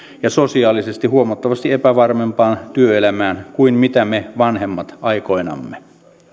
ja sosiaalisesti huomattavasti epävarmempaan työelämään kuin me vanhemmat aikoinamme